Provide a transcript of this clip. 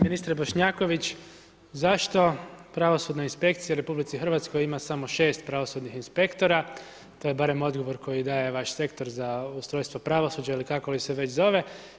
Ministre Bošnjaković, zašto pravosudna inspekcija u RH ima samo 6 pravosudnih inspektora, to je barem odgovor koji daje vaš sektor za ustrojstvo pravosuđa ili kako li se već zove.